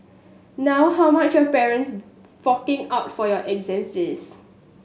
now how much your parents forking out for your exam fees